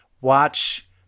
watch